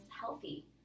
healthy